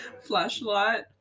Flashlight